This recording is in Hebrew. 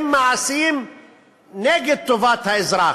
הם מעשים נגד טובת האזרח,